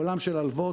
העולם של הלוואות,